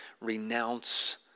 renounce